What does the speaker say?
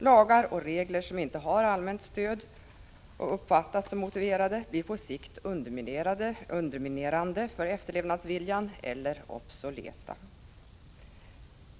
Lagar och regler som inte har allmänt stöd och inte uppfattas som motiverade blir på sikt underminerande för efterlevnadsviljan eller obsoleta.